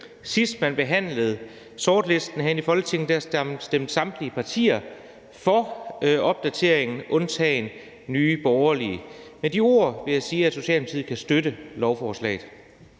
Sidst man behandlede sortlisten herinde i Folketinget, stemte samtlige partier for opdateringen undtagen Nye Borgerlige. Med de ord vil jeg sige, at Socialdemokratiet kan støtte lovforslaget.